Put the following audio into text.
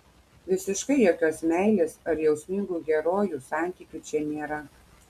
visiškai jokios meilės ar jausmingų herojų santykių čia nėra